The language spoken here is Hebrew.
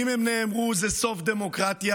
אם הם נאמרו, זה סוף הדמוקרטיה,